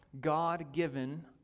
god-given